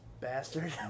Bastard